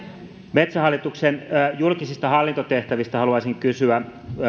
metsähallituksen julkisista hallintotehtävistä haluaisin kysyä